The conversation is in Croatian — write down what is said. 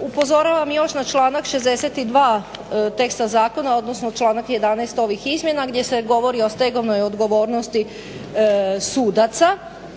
Upozoravam još na članak 62.teksta zakona odnosno članak 11.ovih izmjena gdje se govori o stegovnoj odgovornosti sudaca.